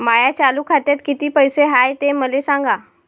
माया चालू खात्यात किती पैसे हाय ते मले सांगा